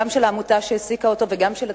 גם של העמותה שהעסיקה אותו וגם של הציבור.